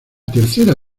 tercera